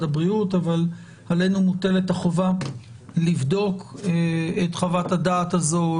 הבריאות אבל עלינו מוטלת החובה לבדוק את חוות הזו,